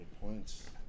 points